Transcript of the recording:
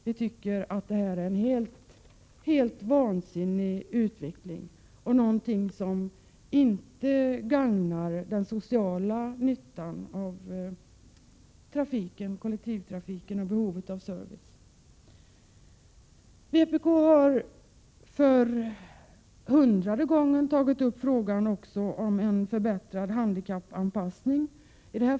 Vi tycker att den utveckling som nu är på gång är helt vansinnig, inte någonting som gagnar den sociala nyttan av kollektivtrafiken och som tillgodoser behovet av service. Vpk har också för hundrade gången tagit upp frågan om en förbättring av handikappanpassningen.